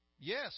Yes